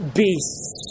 beasts